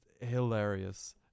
hilarious